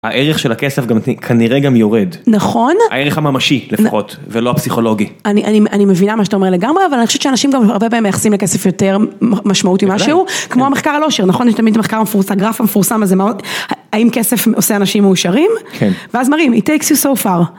הערך של הכסף כנראה גם יורד, הערך הממשי לפחות, ולא הפסיכולוגי. אני מבינה מה שאתה אומר לגמרי, אבל אני חושבת שאנשים גם הרבה פעמים מייחסים לכסף יותר משמעות עם משהו, כמו המחקר הלאושר, נכון? יש תמיד מחקר מפורסם, גרף המפורסם הזה, האם כסף עושה אנשים מאושרים? כן. ואז מרים, it takes you so far.